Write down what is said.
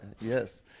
Yes